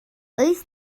wyth